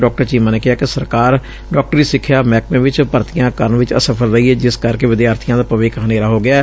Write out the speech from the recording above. ਡਾ ਚੀਮਾ ਨੇ ਕਿਹਾ ਕਿ ਸਰਕਾਰ ਡਾਕਟਰੀ ਸਿਖਿਆ ਮਹਿਕਮੇ ਵਿਚ ਭਰਤੀਆ ਕਰਨ ਚ ਅਸਫਲ ਰਹੀ ਏ ਜਿਸ ਕਰਕੇ ਵਿਦਿਆਰਬੀਆਂ ਦਾ ਭਵਿੱਖ ਹਨੇਰਾ ਹੋ ਗਿਐ